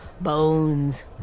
bones